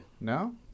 No